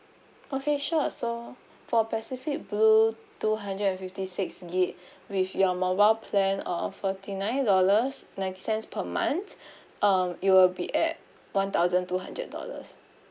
okay sure so for pacific blue two hundred and fifty six gig with your mobile plan uh forty nine dollars ninety cents per month uh it will be at one thousand two hundred dollars